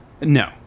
No